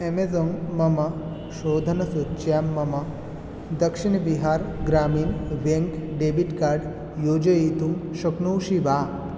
Amazon मम शोधनसूच्यां मम Dakshin Bihar Gramin bank debit card योजयितुं शक्नोषि वा